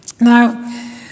Now